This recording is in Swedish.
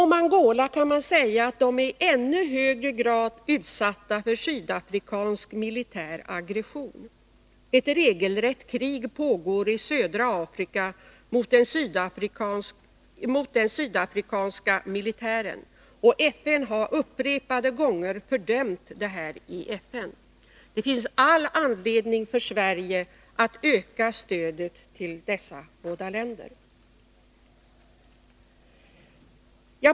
Om Angola kan man säga att det landet i ännu högre grad är utsatt för sydafrikansk militär aggression. Ett regelrätt krig pågår i södra Afrika mot den sydafrikanska militären, något som upprepade gånger fördömts i FN. Det finns all anledning för Sverige att öka stödet till dessa båda länder.